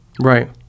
right